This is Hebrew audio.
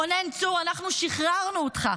רונן צור, "אנחנו שחררנו אותך.